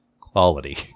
quality